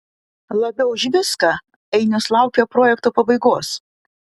labiau už viską ainius laukia projekto pabaigos